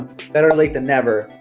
better late than never.